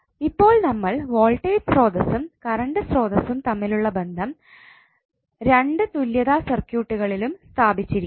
ഇപ്പോൾ നമ്മൾ വോൾട്ടേജ് സ്രോതസ്സും കറണ്ട് സ്രോതസ്സും തമ്മിലുള്ള ബന്ധം 2 തുല്യതാ സർക്യൂട്ടുകളിലും സ്ഥാപിച്ചിരിക്കുന്നു